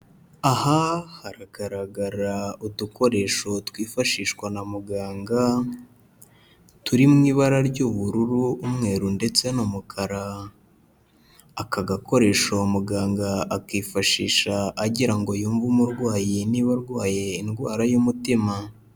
Aha haragaragara udukoresho twifashishwa na muganga turi mu ibara ry'ubururu, umweru ndetse n'umukara, aka gakoresho muganga akifashisha agira ngo yumve umurwayi niba arwaye indwara y'umutima.